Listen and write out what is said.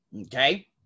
okay